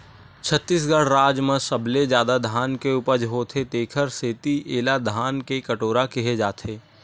छत्तीसगढ़ राज म सबले जादा धान के उपज होथे तेखर सेती एला धान के कटोरा केहे जाथे